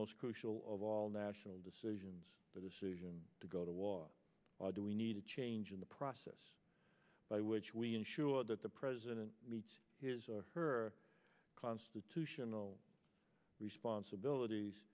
most crucial of all national decisions for the solution to go to war do we need a change in the process by which we ensure that the president meets his or her constitutional responsibilities